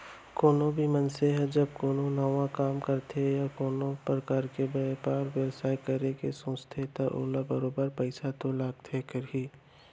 कोनो भी मनसे ह जब कोनो नवा काम करथे या कोनो परकार के बयपार बेवसाय करे के सोचथे त ओला बरोबर पइसा तो लागबे करही